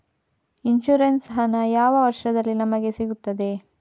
Insurance ಹಣ ಯಾವ ವರ್ಷದಲ್ಲಿ ನಮಗೆ ಸಿಗುತ್ತದೆ?